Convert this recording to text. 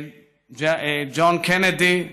ג'ון קנדי,